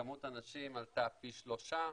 כמות הנשים עלתה פי שלושה,